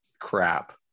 crap